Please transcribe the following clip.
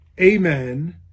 amen